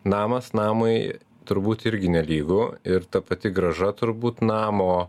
namas namui turbūt irgi nelygu ir ta pati grąža turbūt namo